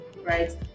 right